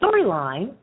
storyline